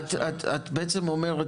את בעצם אומרת